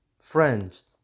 Friends